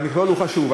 והמכלול הוא חשוב,